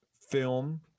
film